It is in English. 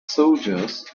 soldiers